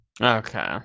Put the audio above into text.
Okay